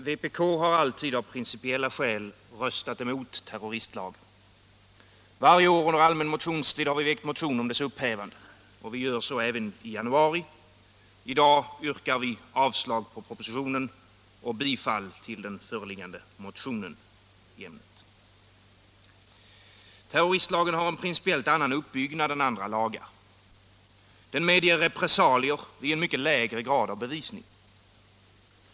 Herr talman! Vpk har alltid av principiella skäl röstat mot terroristlagen. Varje år under allmän motionstid har vi väckt motion om dess upphävande. Och vi gör så även i januari. I dag yrkar vi avslag på propositionen och bifall till den föreliggande motionen. Terroristlagen har en principiellt annan uppbyggnad än övriga lagar. Den medger repressalier vid en mycket lägre grad av bevisning.